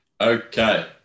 Okay